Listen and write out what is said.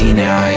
now